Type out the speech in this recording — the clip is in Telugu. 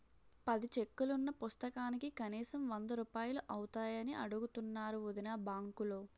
పది చెక్కులున్న పుస్తకానికి కనీసం వందరూపాయలు అవుతాయని అడుగుతున్నారు వొదినా బాంకులో